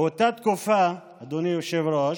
באותה תקופה, אדוני היושב-ראש,